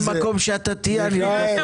כל מקום שאתה תהיה אני --- מיכאל,